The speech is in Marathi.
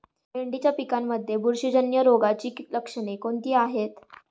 भेंडीच्या पिकांमध्ये बुरशीजन्य रोगाची लक्षणे कोणती आहेत?